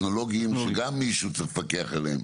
טכנולוגיים שגם מישהו צריך לפקח עליהם.